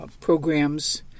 programs